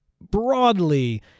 broadly